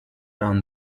down